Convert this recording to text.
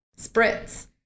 Spritz